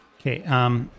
Okay